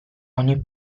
ogni